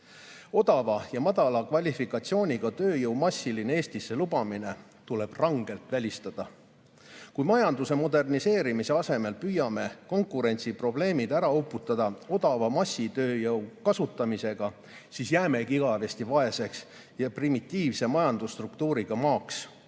Odava ja madala kvalifikatsiooniga tööjõu massiline Eestisse lubamine tuleb rangelt välistada. Kui me majanduse moderniseerimise asemel püüame konkurentsiprobleemid ära uputada odava massitööjõu kasutamisega, siis jäämegi igavesti vaeseks ja primitiivse majandusstruktuuriga maaks.